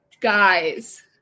Guys